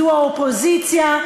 זה האופוזיציה,